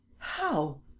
how?